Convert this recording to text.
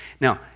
Now